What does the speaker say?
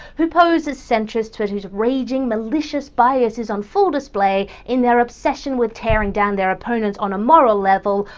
who pose as centrists but whose raging, malicious bias is on full display in their obsession with tearing down their opponents on a moral level,